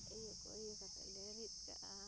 ᱤᱭᱟᱹ ᱠᱚ ᱤᱭᱟᱹ ᱠᱟᱛᱮ ᱞᱮ ᱨᱤᱫ ᱠᱟᱜᱼᱟ